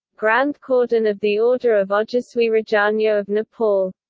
grand cordon of the order of ojaswi rajanya of nepal